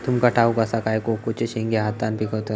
तुमका ठाउक असा काय कोकोचे शेंगे हातान पिकवतत